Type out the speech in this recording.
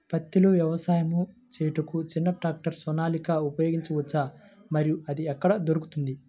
పత్తిలో వ్యవసాయము చేయుటకు చిన్న ట్రాక్టర్ సోనాలిక ఉపయోగించవచ్చా మరియు అది ఎక్కడ దొరుకుతుంది?